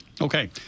Okay